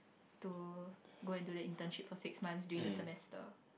to go and do their internship for six months during the semester